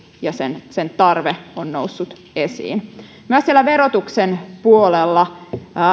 ja sen sen tarve on noussut esiin myös siellä verotuksen puolella